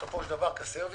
בסופו של דבר כאלה